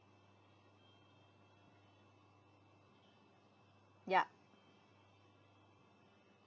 ya